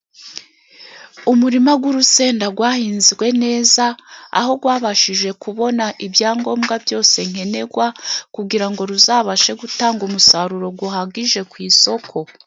Umurima g'urusenda gwahinzwe neza aho rwabashije kubona ibyangombwa byose nkenegwa kugira ngo ruzabashe gutanga umusaruro guhagije ku isoko.